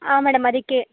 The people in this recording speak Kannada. ಹಾಂ ಮೇಡಮ್ ಅದಕ್ಕೆ